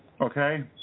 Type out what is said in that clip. Okay